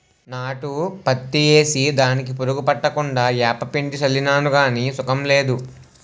నాటు పత్తి ఏసి దానికి పురుగు పట్టకుండా ఏపపిండి సళ్ళినాను గాని సుకం లేదు